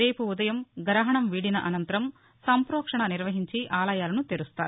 రేపు ఉదయం గ్రహణం వీడిన అనంతరం సంప్రపోక్షణ నిర్వహించి ఆలయాలను తెరుస్తారు